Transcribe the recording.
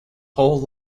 whole